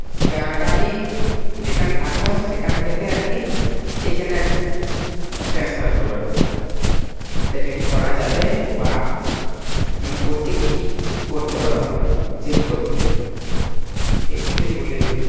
ঠিকানাটা আমি যেখানে থাকতাম সেখান থেকে আর কি এইখানে আর কি ট্রান্সফার করব আর কি তা এটা কি করা যাবে বা মানে করতে কী কী করতে হবে আমাকে চেঞ্জ করতে হলে একটু যদি বলে দিতেন